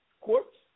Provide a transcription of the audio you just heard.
courts